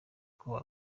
uko